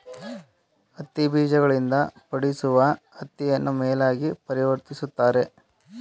ಹತ್ತಿ ಬೀಜಗಳಿಂದ ಪಡಿಸುವ ಹತ್ತಿಯನ್ನು ಮೇಲಾಗಿ ಪರಿವರ್ತಿಸುತ್ತಾರೆ